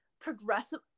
Progressive